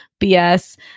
BS